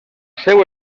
seu